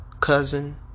Cousin